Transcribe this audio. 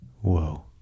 Whoa